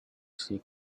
see